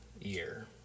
year